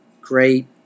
Great